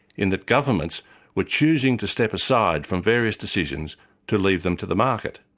in that governments were choosing to step aside from various decisions to leave them to the market.